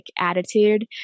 attitude